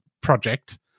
project